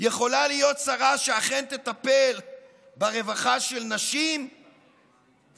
יכולה להיות שרה שאכן תטפל ברווחה של נשים ובכלל?